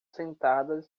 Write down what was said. sentadas